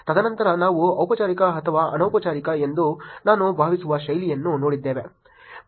ತದನಂತರ ನಾವು ಔಪಚಾರಿಕ ಅಥವಾ ಅನೌಪಚಾರಿಕ ಎಂದು ನಾನು ಭಾವಿಸುವ ಶೈಲಿಯನ್ನು ನೋಡಿದ್ದೇವೆ